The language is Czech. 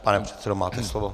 Pane předsedo, máte slovo.